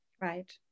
Right